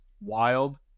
wild